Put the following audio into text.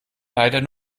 leider